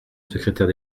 secrétaire